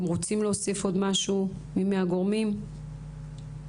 מישהו מהגורמים רוצה לומר עוד משהו?